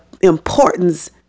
importance